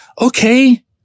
Okay